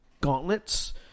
gauntlets